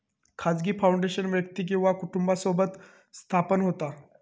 खाजगी फाउंडेशन व्यक्ती किंवा कुटुंबासोबत स्थापन होता